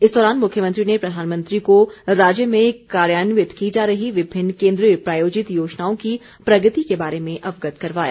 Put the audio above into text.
इस दौरान मुख्यमंत्री ने प्रधानमंत्री को राज्य में कार्यान्वित की जा रही विभिन्न केंद्रीय प्रायोजित योजनाओं की प्रगति के बारे में अवगत करवाया